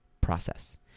process